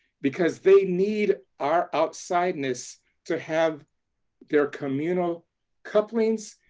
because they need our outsideness to have their communal couplings,